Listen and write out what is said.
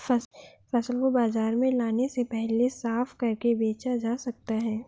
फसल को बाजार में लाने से पहले साफ करके बेचा जा सकता है?